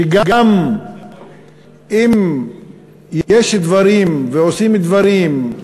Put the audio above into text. שגם אם יש דברים ועושים דברים,